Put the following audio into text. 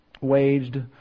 waged